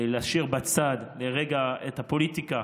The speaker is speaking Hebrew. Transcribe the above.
להשאיר בצד לרגע את הפוליטיקה.